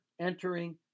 entering